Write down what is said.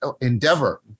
endeavor